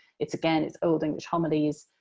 it's again, it's old english homilies.